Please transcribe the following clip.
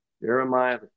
Jeremiah